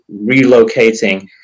relocating